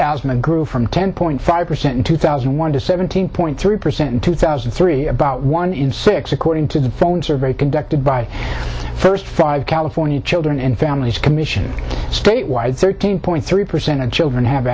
asthma grew from ten point five percent in two thousand and one to seventeen point three percent in two thousand and three about one in six according to the phone survey conducted by first five california children in families commission statewide thirteen point three percent of children have